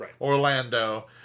Orlando